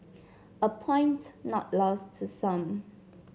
a point not lost to some